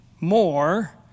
more